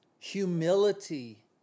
humility